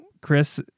Chris